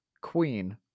Queen